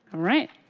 right,